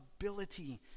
ability